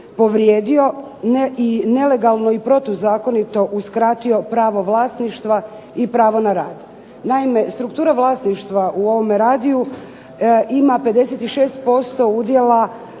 povrijedio i nelegalno i protuzakonito uskratio pravo vlasništva i pravo na rad. Naime, struktura vlasništva u ovome radiju ima 56% udjela